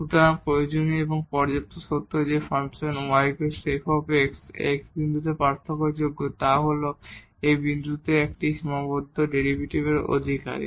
সুতরাং প্রয়োজনীয় এবং পর্যাপ্ত শর্ত যে ফাংশন y f x বিন্দুতে পার্থক্যযোগ্য তা হল এই বিন্দুতে এটি একটি সীমাবদ্ধ ডেরিভেটিভের অধিকারী